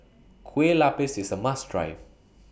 Kueh Lapis IS A must Try